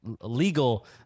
legal